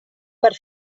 per